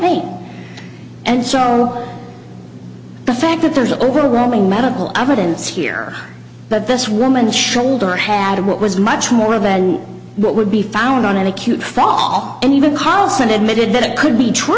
eight and so the fact that there is overwhelming medical evidence here but this woman shoulder had what was much more than what would be found on an acute fall and even carlson admitted that it could be tr